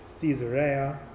Caesarea